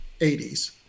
80s